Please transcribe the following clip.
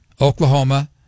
Oklahoma